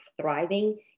thriving